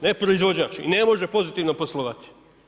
Ne proizvođač i ne može pozitivno poslovati.